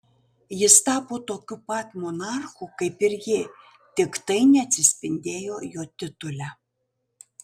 jis tapo tokiu pat monarchu kaip ir ji tik tai neatsispindėjo jo titule